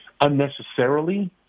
unnecessarily